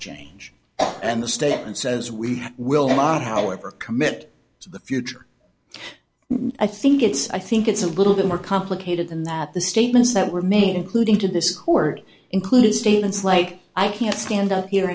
change and the statement says we will not however commit to the future i think it's i think it's a little bit more complicated than that the statements that were made including to this court include statements like i can't stand up here